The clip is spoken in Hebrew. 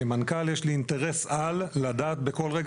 כמנכ"ל יש לי אינטרס על לדעת בכל רגע